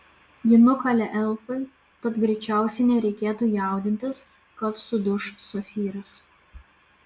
jį nukalė elfai tad greičiausiai nereikėtų jaudintis kad suduš safyras